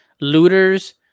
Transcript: looters